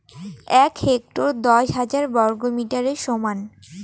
এক হেক্টর দশ হাজার বর্গমিটারের সমান